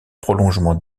prolongement